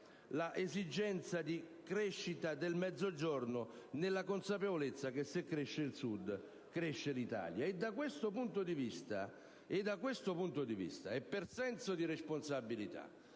l'esigenza di crescita del Mezzogiorno, nella consapevolezza che, se cresce il Sud, cresce l'Italia. Da questo punto di vista e per senso di responsabilità,